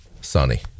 sunny